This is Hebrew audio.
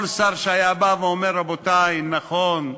כל שר היה בא ואומר: רבותי, נכון,